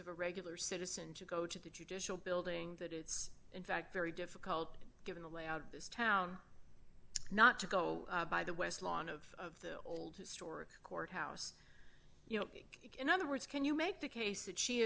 of a regular citizen to go to the judicial building that it's in fact very difficult given the layout of this town not to go by the west lawn of the old historic courthouse you know in other words can you make the case that she